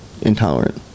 intolerant